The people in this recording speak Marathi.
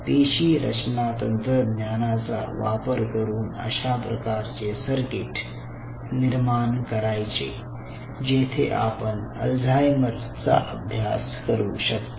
पेशी रचना तंत्रज्ञानाचा वापर करून अशा प्रकारचे सर्किट निर्माण करायचे जेथे आपण अल्झायमर चा अभ्यास करू शकतो